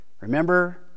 Remember